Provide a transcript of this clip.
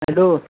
hello